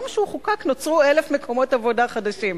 נוצרו 1,000 מקומות עבודה חדשים.